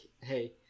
hey